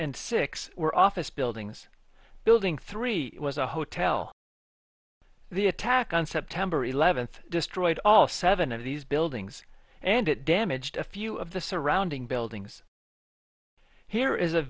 and six were office buildings building three was a hotel the attack on september eleventh destroyed all seven of these buildings and it damaged a few of the surrounding buildings here is